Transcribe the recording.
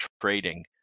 trading